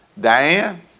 Diane